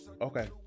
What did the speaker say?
Okay